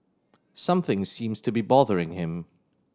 something seems to be bothering him